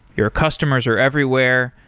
your customers are everywhere.